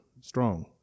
strong